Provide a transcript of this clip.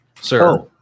sir